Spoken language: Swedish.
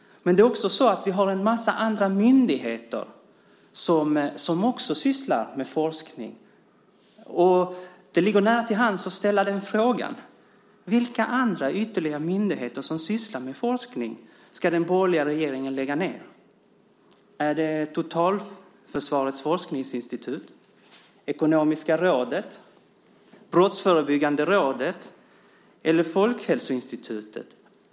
Vi har också en massa andra myndigheter som sysslar med forskning. Det ligger nära till hands att fråga: Vilka andra ytterligare myndigheter som sysslar med forskning ska den borgerliga regeringen lägga ned? Är det Totalförsvarets forskningsinstitut, Ekonomiska rådet, Brottsförebyggande rådet eller Folkhälsoinstitutet?